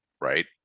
Right